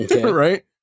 right